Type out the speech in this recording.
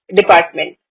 department